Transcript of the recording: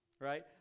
right